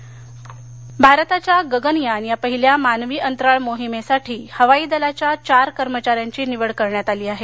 गगनयान भारताच्या गगनयान या पहिल्या मानवी अंतराळ मोहिमेसाठी हवाई दलाच्या चार कर्मचाऱ्यांना निवडण्यात आलं आहे